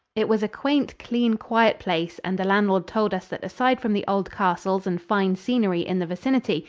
it was a quaint, clean, quiet place, and the landlord told us that aside from the old castles and fine scenery in the vicinity,